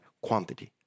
quantity